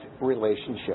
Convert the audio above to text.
Relationship